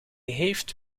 heeft